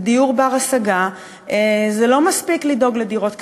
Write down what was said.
ובדיור בר-השגה, זה לא מספיק לדאוג לדירות קטנות,